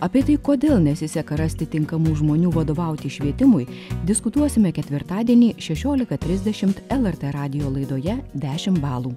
apie tai kodėl nesiseka rasti tinkamų žmonių vadovauti švietimui diskutuosime ketvirtadienį šešiolika trisdešimt lrt radijo laidoje dešimt balų